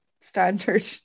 standard